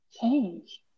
change